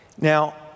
Now